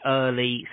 early